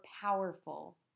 powerful